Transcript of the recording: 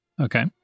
Okay